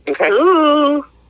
Okay